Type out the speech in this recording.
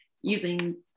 using